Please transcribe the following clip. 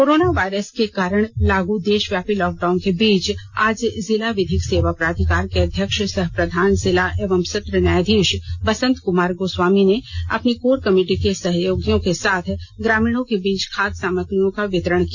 corona virus के कारण लागू देशव्यापी लॉक डाउन के बीच आज जिला विधिक सेवा प्राधिकार के अध्यक्ष सह प्रधान जिला एवं सत्र न्यायाधीश बसंत कुमार गोस्वामी ने अपनी कोर कमेटी के सहयोगियों के साथ ग्रामीणों के बीच खाद्य सामग्रियों का वितरण किया